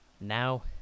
Now